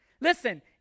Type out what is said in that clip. listen